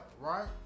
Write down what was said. right